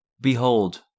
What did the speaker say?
Behold